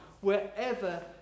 wherever